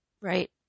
right